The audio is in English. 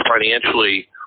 financially